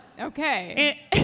Okay